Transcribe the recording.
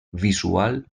visual